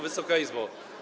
Wysoka Izbo!